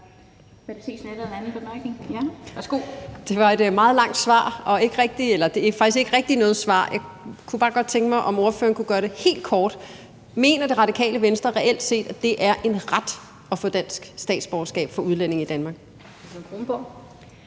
et meget langt svar – eller det var faktisk ikke rigtig noget svar. Jeg kunne bare godt tænke mig, om ordføreren kunne gøre det helt kort. Mener Det Radikale Venstre reelt set, at det er en ret at få dansk statsborgerskab for udlændinge i Danmark?